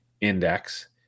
index